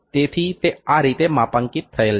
તેથી તે આ રીતે માપાંકિત થયેલ છે